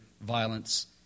violence